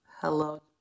hello